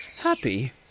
Happy